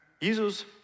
Jesus